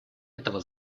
этого